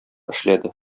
эшләде